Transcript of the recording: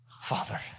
Father